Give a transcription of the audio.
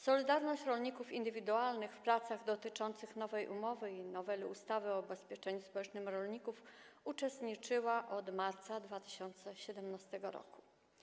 Solidarność” rolników indywidualnych w pracach dotyczących nowej umowy i noweli ustawy o ubezpieczeniu społecznym rolników uczestniczyła od marca 2017 r.